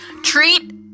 treat